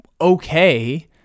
okay